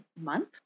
month